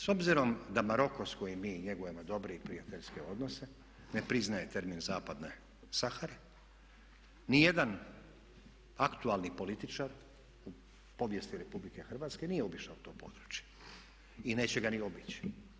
S obzirom da Maroko s kojim mi njegujemo dobre i prijateljske odnose ne priznaje termin Zapadne Sahare nijedan aktualni političar u povijesti Republike Hrvatske nije obišao to područje i neće ga ni obići.